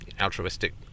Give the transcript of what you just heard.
altruistic